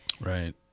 Right